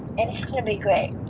and it's going to be great!